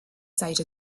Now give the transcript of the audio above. side